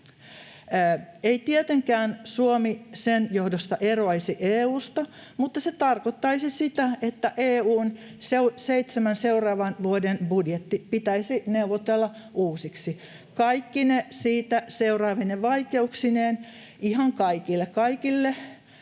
ei tietenkään Suomi sen johdosta eroaisi EU:sta, mutta se tarkoittaisi sitä, että EU:n seitsemän seuraavan vuoden budjetti pitäisi neuvotella uusiksi kaikkine siitä seuraavine vaikeuksineen ihan kaikille niille